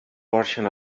portion